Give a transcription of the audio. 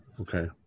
Okay